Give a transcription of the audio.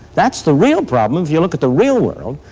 that's the real problem, if you look at the real world,